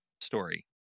story